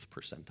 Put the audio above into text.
percentile